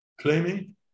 claiming